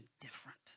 different